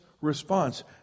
response